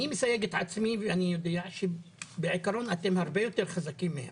אני מסייג את עצמי ואני יודע שבעיקרון אתם הרבה יותר חזקים מהם.